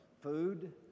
food